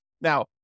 Now